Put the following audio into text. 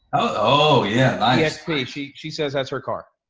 oh yeah nice. tsp. she she says that's her car.